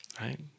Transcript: Right